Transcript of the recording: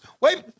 Wait